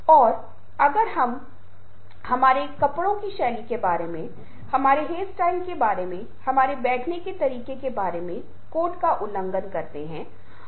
और उस संदर्भ में हमने छवियों ग्रंथों के बारे में बात की हमने ध्वनि के बारे में बात की हालांकि मैंने उल्लेख नहीं किया है इसे मल्टीमीडिया की श्रेणी में रखा गया है